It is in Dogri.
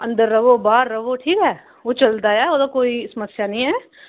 अंदर र'वो बाह्ऱ र'वो ठीक ऐ ओह् चलदा ऐ ओह्दा कोई समस्या निं ऐ